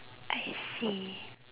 I see